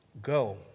Go